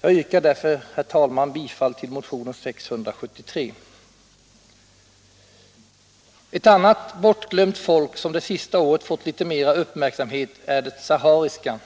Jag yrkar därför, herr talman, bifall till motionen 673. Ett annat bortglömt folk, som det senaste året fått litet mera uppmärksamhet, är det sahariska.